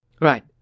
Right